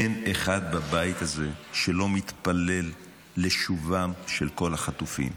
אין אחד בבית הזה שלא מתפלל לשובם של כל החטופים.